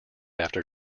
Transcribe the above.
after